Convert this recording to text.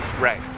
Right